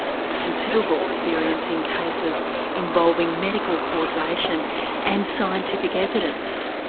with considerable experience in cases involving medical causation and scientific evidence.